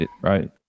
right